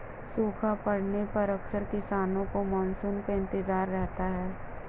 सूखा पड़ने पर अक्सर किसानों को मानसून का इंतजार रहता है